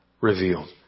revealed